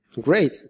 great